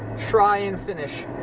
try and finish